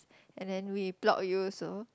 and then we block you also